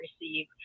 receive